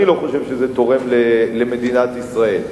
אני לא חושב שזה תורם למדינת ישראל.